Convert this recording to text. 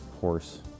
horse